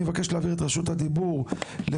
אני מבקש להעביר את רשות הדיבור לחברי,